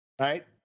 Right